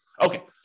Okay